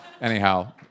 anyhow